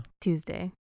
Tuesday